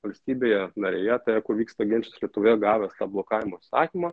valstybėje narėje toje kur vyksta ginčas lietuvoje gavęs tą blokavimo įsakymą